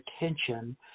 attention